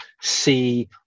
see